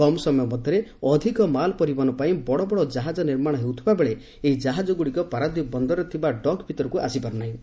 କମ୍ ସମୟ ମଧ୍ୟରେ ଅଧିକ ମାଲ ପରିବହନ ପାଇଁ ବଡ଼ବଡ଼ କାହାକ ନିର୍ମାଣ ହେଉଥିବା ବେଳେ ଏହି କାହାଜ ଗୁଡ଼ିକ ପାରାଦୀପ ବନ୍ଦରରେ ଥିବା ଡକ୍ ଭିତରକୁ ଆସିପାରୁନାହିଁ